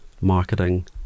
marketing